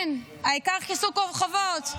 כן העיקר כיסוי חובות.